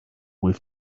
with